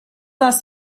است